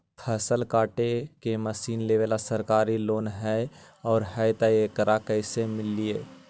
फसल काटे के मशीन लेबेला सरकारी लोन हई और हई त एकरा कैसे लियै?